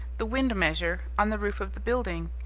the wind-measure, on the roof of the building,